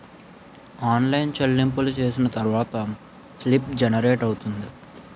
online చెల్లింపులు చేసిన తర్వాత స్లిప్ జనరేట్ అవుతుంది